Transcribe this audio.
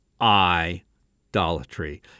idolatry